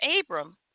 Abram